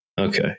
Okay